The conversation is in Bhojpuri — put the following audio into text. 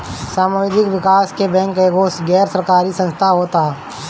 सामुदायिक विकास बैंक एगो गैर सरकारी संस्था होत हअ